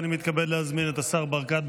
אני מתכבד להזמין את השר ברקת,